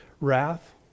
wrath